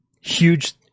huge